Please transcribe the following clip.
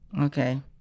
okay